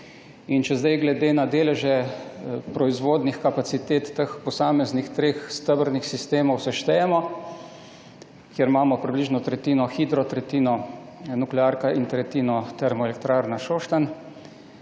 Če zdaj glede na deleže proizvodnih kapacitete teh posameznih treh stebrnih sistemov seštejemo, kjer imamo približno tretjino hidro, tretjino nuklearka in tretjino termoelektrarna Šoštanj,